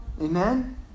Amen